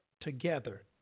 together